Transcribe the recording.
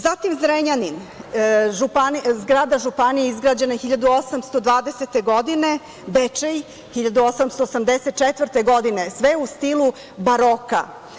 Zatim, Zrenjanin, zgrada Županije izgrađena 1820. godine, Bečej 1884. godine, sve u stilu baroka.